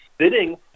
sitting